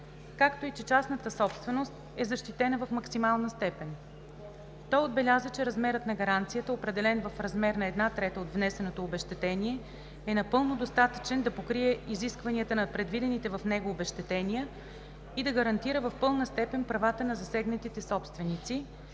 както и че частната собственост е защитена в максимална степен. Той отбеляза, че размерът на гаранцията, определен в размер на една трета от внесеното обезщетение, е напълно достатъчен да покрие изискванията на предвидените в него обезщетения и да гарантира в пълна степен правата на засегнатите собственици,